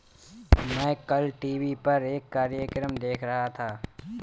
मैं कल टीवी पर एक कार्यक्रम देख रहा था